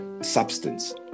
substance